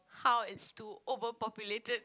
how it's too overpopulated